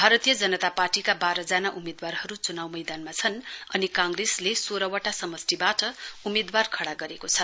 भारतीय जनता पार्टीका बाह्र जना उम्मेद्वारहरू चुनाउ मैदानमा छन् अनि कांग्रेसले स्रोहवटा समष्टिबाट उम्मेद्वार खडा गरेको छ